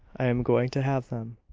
i am going to have them.